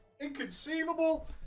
Inconceivable